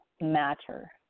matter